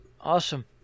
Awesome